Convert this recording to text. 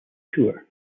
tour